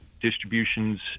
distributions